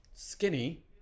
skinny